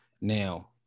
now